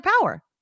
power